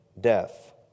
death